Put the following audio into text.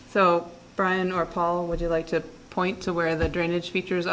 so brian are paul would you like to point to where the drainage features